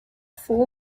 four